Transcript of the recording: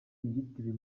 yitiriwe